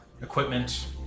Equipment